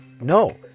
no